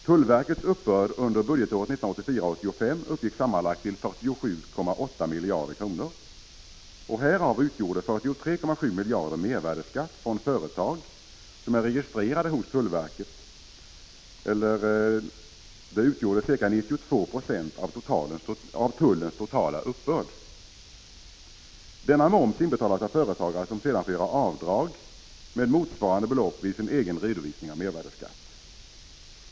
Tullverkets uppbörd under budgetåret 1984/85 uppgick till sammanlagt 47,8 miljarder kronor. Härav utgjorde 43,7 miljarder kronor mervärdeskatt från företag som är registrerade hos tullverket, och detta utgjorde ca 92 20 av tullens totala uppbörd. Denna moms inbetalas av företagare som sedan får göra avdrag med motsvarande belopp vid sin egen redovisning av mervärdeskatt.